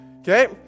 okay